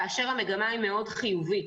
כאשר המגמה מאוד חיובית.